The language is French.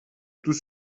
tous